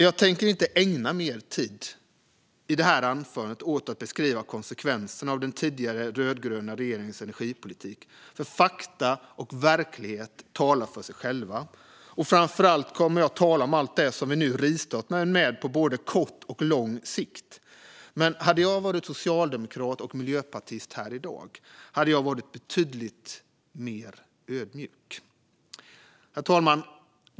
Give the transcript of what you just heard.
Jag tänker inte ägna mer tid i det här anförandet åt att beskriva konsekvenserna av den tidigare rödgröna regeringens energipolitik, för fakta och verklighet talar för sig själva. Framför allt kommer jag att tala om allt det som vi i regeringen nu rivstartat med på både kort och lång sikt, men hade jag varit socialdemokrat eller miljöpartist här i dag hade jag varit betydligt mer ödmjuk än de är.